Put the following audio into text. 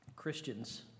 Christians